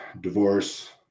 divorce